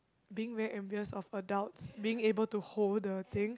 being very envious of adults being able to hold the thing